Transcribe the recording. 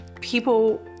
People